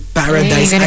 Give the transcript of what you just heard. paradise